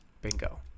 Bingo